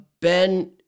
ben